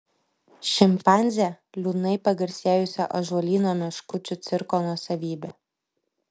šimpanzė liūdnai pagarsėjusio ąžuolyno meškučių cirko nuosavybė